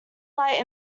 light